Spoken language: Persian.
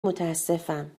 متاسفم